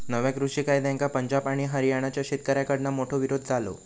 नव्या कृषि कायद्यांका पंजाब आणि हरयाणाच्या शेतकऱ्याकडना मोठो विरोध झालो